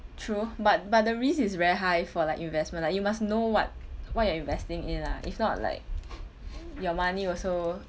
true but but the risk is very high for like investment like you must know what what you're investing in lah if not like your money also